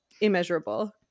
immeasurable